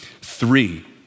three